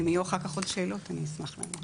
אם יהיו עוד שאלות אני אשמח לענות.